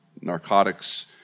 narcotics